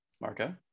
Marco